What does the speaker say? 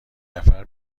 نفر